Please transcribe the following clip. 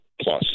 plus